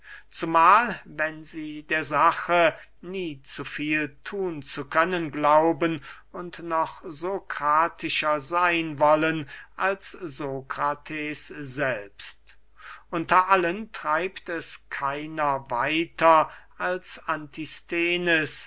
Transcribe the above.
zumahl wenn sie der sache nie zu viel thun zu können glauben und noch sokratischen seyn wollen als sokrates selbst unter allen treibt es keiner weiter als